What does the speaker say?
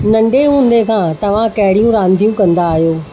नंढे हूंदे खां तव्हां कहिड़ियूं रांदियूं कंदा आहियो